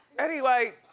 anyway,